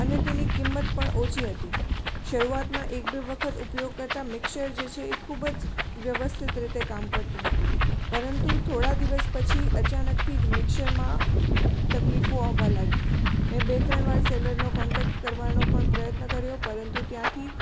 અને તેની કિંમત પણ ઓછી હતી શરૂઆતમાં એક બે વખત ઉપયોગ કરતા મિક્ષ્ચર જે છે એ ખૂબ જ વ્યવસ્થિત રીતે કામ કરતું હતું પરંતુ થોડા દિવસ પછી અચાનકથી જ મિક્સરમાં તકલીફો આવવા લાગી મેં બે ત્રણ વાર સેલરનો કોન્ટેક્ટ કરવાનો પણ પ્રયત્ન કર્યો પરંતુ ત્યાંથી